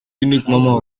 uniquement